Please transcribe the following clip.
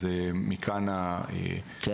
אז מכאן --- כן,